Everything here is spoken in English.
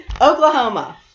Oklahoma